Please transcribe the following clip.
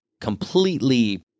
completely